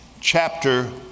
chapter